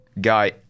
guy